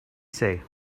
say